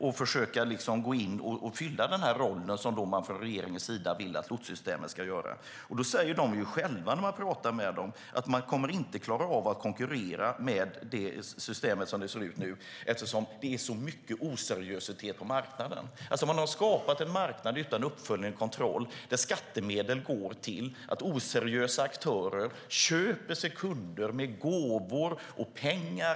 De försöker gå in och fylla den roll som regeringen vill att lotssystemet ska göra. När man pratar med dem säger de själva att de inte kommer att klara av att konkurrera så som systemet ser ut nu eftersom det är så mycket som är oseriöst på marknaden. Man har skapat en marknad utan uppföljning och kontroll, där skattemedel går till oseriösa aktörer som köper sig kunder med gåvor och pengar.